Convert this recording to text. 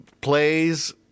plays